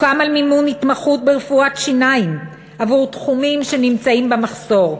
סוכם על מימון התמחות ברפואת שיניים עבור תחומים שנמצאים במחסור.